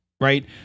right